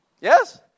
Yes